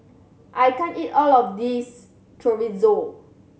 I can't eat all of this Chorizo